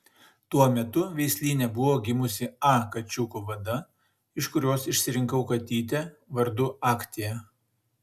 tuo metu veislyne buvo gimusi a kačiukų vada iš kurios išsirinkau katytę vardu aktia